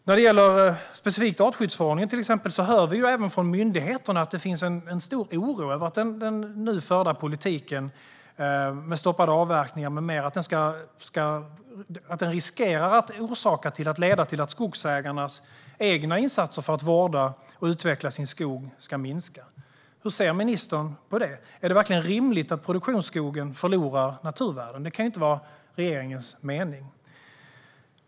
När det gäller exempelvis artskyddsförordningen specifikt hör vi även från myndigheterna om en stor oro över att den nu förda politiken, med stoppade avverkningar med mera, riskerar att leda till att skogsägarnas egna insatser för att vårda och utveckla sin skog ska minska. Hur ser ministern på detta? Är det verkligen rimligt att produktionsskogen förlorar naturvärden? Detta kan inte vara regeringens mening.